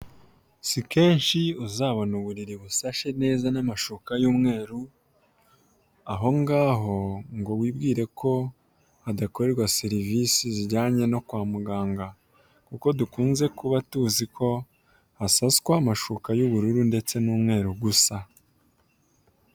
Si kenshi uzabona uburiri busashe neza n'amashuka y'umweru, aho ngaho ngo wibwire ko hadakorerwa serivisi zijyanye no kwa muganga, kuko dukunze kuba tuzi ko hasaswa amashuka y'ubururu ndetse n'umweru gusa.